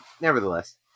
nevertheless